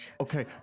Okay